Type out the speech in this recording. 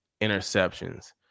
interceptions